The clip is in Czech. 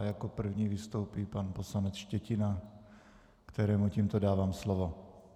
Jako první vystoupí pan poslanec Štětina, kterému tímto dávám slovo.